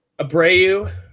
Abreu